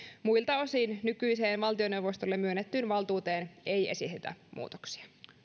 muilta osin nykyiseen valtioneuvostolle myönnettyyn valtuuteen ei esitetä muutoksia